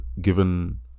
given